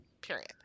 Period